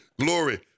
Glory